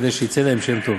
כדי שיצא להם שם",